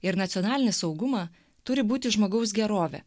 ir nacionalinį saugumą turi būti žmogaus gerovė